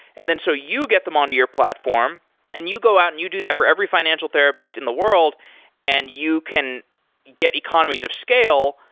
and so you get them on to your platform and you go out and you do that for every financial therapist in the world and you can get economies of scale.